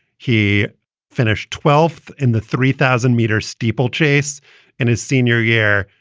he finished twelfth in the three thousand meter steeplechase and his senior year.